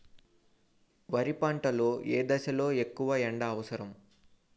వరి పంట లో ఏ దశ లొ ఎక్కువ ఎండా అవసరం?